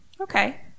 Okay